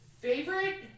Favorite